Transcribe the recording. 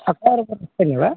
ᱟᱠᱷᱲᱟ ᱨᱮᱵᱚᱱ ᱨᱟᱹᱥᱠᱟᱹ ᱧᱚᱜᱼᱟ